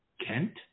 Kent